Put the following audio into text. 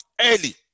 early